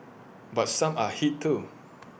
but some are hit too